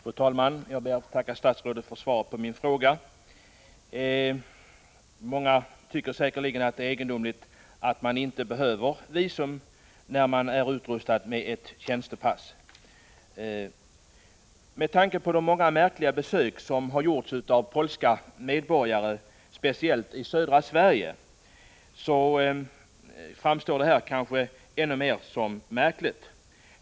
Fru talman! Jag ber att få tacka statsrådet för svaret på min fråga. Många tycker säkerligen att det är egendomligt att man inte behöver visum när man är utrustad med ett tjänstepass. Med tanke på de många märkliga besök som gjorts av polska medborgare speciellt i södra Sverige framstår detta kanske som ännu mer märkligt.